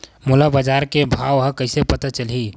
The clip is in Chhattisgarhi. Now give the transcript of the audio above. मोला बजार के भाव ह कइसे पता चलही?